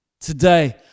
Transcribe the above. Today